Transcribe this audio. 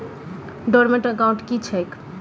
Dormant account की छैक?